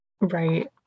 Right